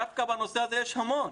דווקא בנושא זה יש המון.